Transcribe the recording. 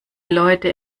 leute